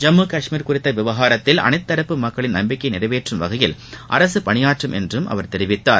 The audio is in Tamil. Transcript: ஜம்மு காஷ்மீர் குறித்த விவகாரத்தில் அனைத்து தரப்பு மக்களின் நம்பிக்கையை நிறைவேற்றும் வகையில் அரசு பணியாற்றும் என்றும் அவர் தெரிவித்தார்